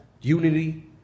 unity